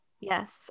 Yes